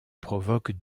provoque